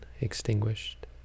extinguished